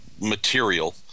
material